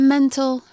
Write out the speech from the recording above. Mental